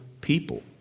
people